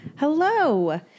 Hello